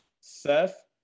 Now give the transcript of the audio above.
Seth